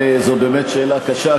זאת באמת שאלה קשה,